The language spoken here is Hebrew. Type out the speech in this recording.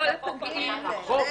לא לפוגעים --- אנחנו עובדים על זה.